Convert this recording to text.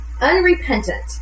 unrepentant